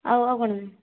ଆଉ ଆଉ କ'ଣ ନେବେ